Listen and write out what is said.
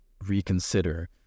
reconsider